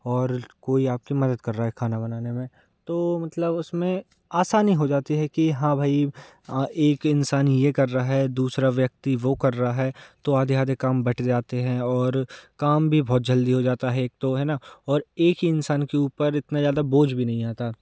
और कोई आपकी मदद कर रहा है खाना बनाने में तो मतलब उसमें आसानी हो जाती है कि हाँ भाई एक इंसान ये कर रहा है दूसरा व्यक्ति वो कर रहा है तो आधे आधे काम बँट जाते हैं और काम भी बहुत जल्दी हो जाता है एक तो है ना और एक ही इंसान के ऊपर इतना ज़्यादा बोझ भी नहीं आता